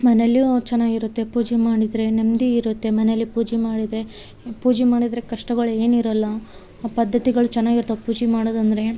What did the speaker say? ಮನೆಯಲ್ಲಿಯು ಚೆನ್ನಾಗಿರುತ್ತೆ ಪೂಜೆ ಮಾಡಿದರೆ ನೆಮ್ಮದಿ ಇರುತ್ತೆ ಮನೆಯಲ್ಲಿ ಪೂಜೆ ಮಾಡಿದರೆ ಪೂಜೆ ಮಾಡಿದರೆ ಕಷ್ಟಗಳು ಏನಿರೋಲ್ಲ ಪದ್ದತಿಗಳು ಚೆನ್ನಾಗಿರ್ತವ್ ಪೂಜೆ ಮಾಡೋದಂದರೆ